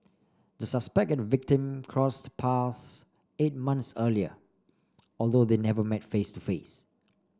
the suspect and victim crossed paths eight months earlier although they never met face to face